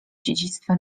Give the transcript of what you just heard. dziedzictwa